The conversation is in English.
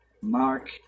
Mark